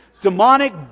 Demonic